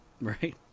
Right